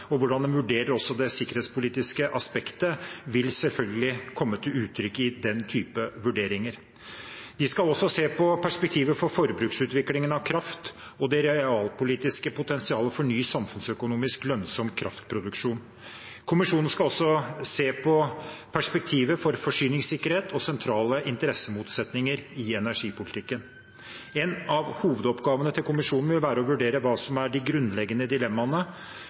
og hvordan en også vurderer det sikkerhetspolitiske aspektet, vil selvfølgelig komme til uttrykk i den typen vurderinger. Vi skal også se på perspektivet for forbruksutviklingen av kraft og det realpolitiske potensialet for ny samfunnsøkonomisk lønnsom kraftproduksjon. Kommisjonen skal også se på perspektivet for forsyningssikkerhet og sentrale interessemotsetninger i energipolitikken. En av hovedoppgavene til kommisjonen vil være å vurdere hva som er de grunnleggende dilemmaene